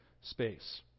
space